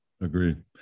agreed